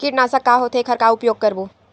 कीटनाशक का होथे एखर का उपयोग करबो?